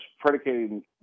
predicating